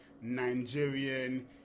Nigerian